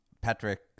Patrick